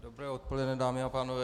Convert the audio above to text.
Dobré odpoledne, dámy a pánové.